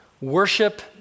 worship